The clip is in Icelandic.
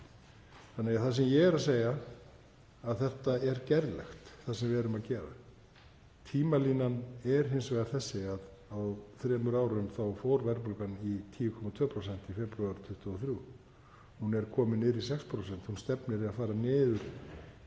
úr 1990. Það sem ég er að segja er að þetta er gerlegt, það sem við erum að gera. Tímalínan er hins vegar þessi, að á þremur árum fór verðbólgan í 10,2%, í febrúar 2023. Hún er komin niður í 6%, stefnir í að fara niður